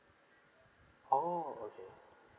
oh okay